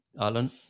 Alan